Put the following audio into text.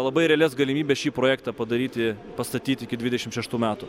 labai realias galimybes šį projektą padaryti pastatyt iki dvidešim šeštų metų